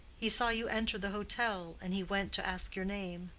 he saw you enter the hotel, and he went to ask your name.